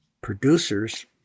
Producers